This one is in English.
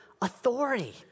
authority